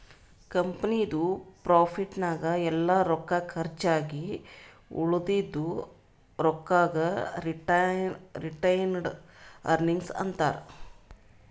ಕಂಪನಿದು ಪ್ರಾಫಿಟ್ ನಾಗ್ ಎಲ್ಲಾ ರೊಕ್ಕಾ ಕರ್ಚ್ ಆಗಿ ಉಳದಿದು ರೊಕ್ಕಾಗ ರಿಟೈನ್ಡ್ ಅರ್ನಿಂಗ್ಸ್ ಅಂತಾರ